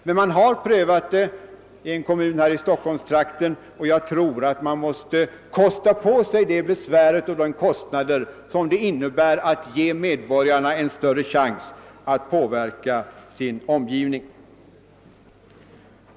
Man har emellertid prövat detta system i en kommun i Stockholmstrak ten, och jag tror att man måste kosta på sig de besvär och utgifter som är nödvändiga för att medborgarna skall få en större chans att påverka sin omgivning.